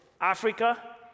Africa